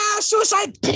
suicide